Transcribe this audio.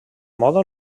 moda